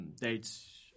dates